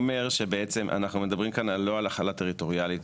שבעצם אנחנו מדברים כאן לא על החלה טריטוריאלית,